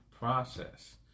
process